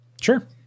sure